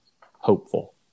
hopeful